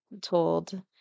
told